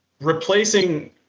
replacing